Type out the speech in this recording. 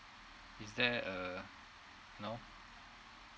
is there a you know